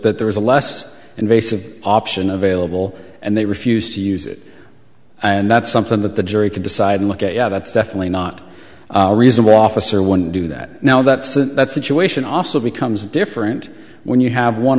that there was a less invasive option available and they refused to use it and that's something that the jury could decide look at yeah that's definitely not reasonable officer wouldn't do that now that that situation also becomes different when you have one